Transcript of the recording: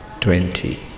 twenty